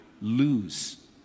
lose